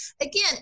again